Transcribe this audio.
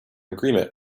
agreement